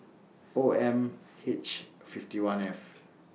O M H fifty one F